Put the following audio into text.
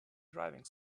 driving